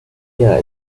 here